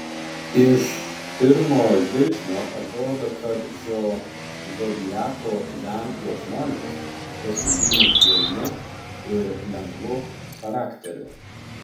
iš pirmo žvilgsnio atrodo kad šio zodiako ženklo žmonės pasižymi švelniu ir lengvu charakteriu